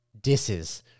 disses